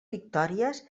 victòries